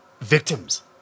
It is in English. victims